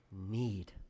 need